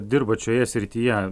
dirbat šioje srityje